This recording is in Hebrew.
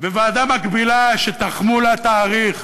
וועדה מקבילה שתחמו לה תאריך